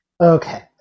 Okay